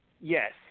Yes